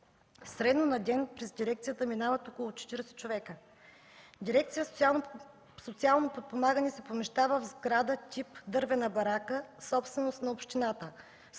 Средно на ден през дирекцията минават около 40 човека. Дирекция „Социално подпомагане” се помещава в сграда тип дървена барака, собственост на общината